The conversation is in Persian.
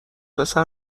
پسر